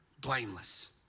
blameless